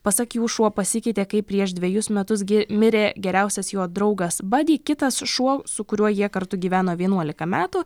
pasak jų šuo pasikeitė kai prieš dvejus metus gi mirė geriausias jo draugas bady kitas šuo su kuriuo jie kartu gyveno vienuolika metų